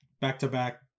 back-to-back